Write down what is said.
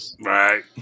Right